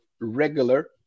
regular